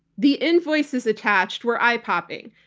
the invoices attached were eye popping,